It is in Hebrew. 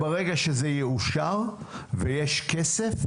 וברגע שזה יאושר ויש כסף,